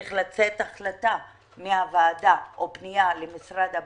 צריכה לצאת החלטה או פנייה למשרד הבריאות,